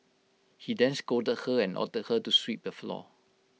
he then scolded her and ordered her to sweep the floor